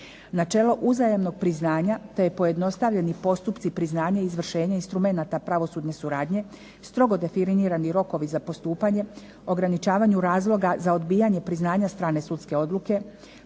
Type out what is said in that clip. Načelo uzajamnog priznanja, te pojednostavljeni postupci priznanja i izvršenja instrumenata pravosudne suradnje strogo definirani rokovi za postupanju, ograničavanju razloga za odbijanje priznanja strane sudske odluke,